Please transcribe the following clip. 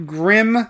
grim